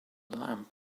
lamp